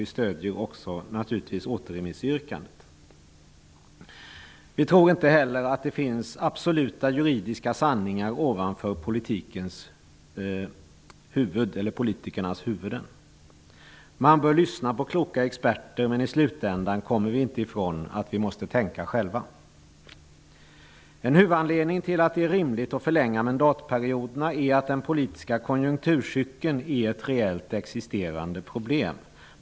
Vi stödjer naturligtvis också yrkandet om återremiss. Vi tror inte heller att det finns absoluta juridiska sanningar ovanför politikernas huvuden. Man bör lyssna på kloka experter, men i slutändan kommer vi inte ifrån att vi måste tänka själva. En huvudanledning till att det är rimligt att förlänga mandatperioderna är att den politiska konjunkturcykeln är ett reellt existerande problem.